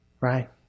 right